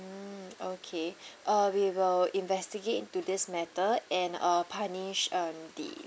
mm okay uh we will investigate into this matter and uh punish um the